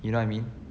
you know I mean